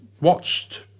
watched